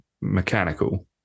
mechanical